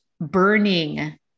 burning